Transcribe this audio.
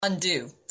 Undo